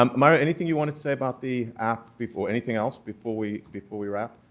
um mario, anything you wanted to say about the app before anything else before we, before we wrap?